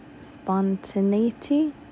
spontaneity